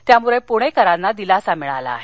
यामुळे पुणेकरांना दिलासा मिळाला आहे